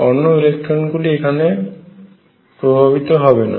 অন্য ইলেকট্রনগুলি এখানে প্রভাবিত হবে না